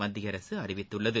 மத்திய அரசு அறிவித்துள்ளது